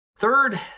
Third